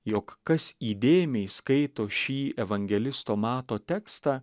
jog kas įdėmiai skaito šį evangelisto mato tekstą